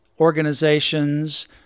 organizations